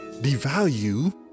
devalue